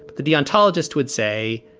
but the the ontologies would say,